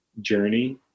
journey